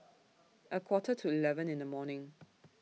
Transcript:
A Quarter to eleven in The morning